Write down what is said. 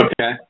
Okay